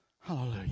Hallelujah